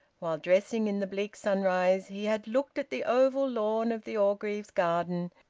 while dressing in the bleak sunrise he had looked at the oval lawn of the orgreaves' garden,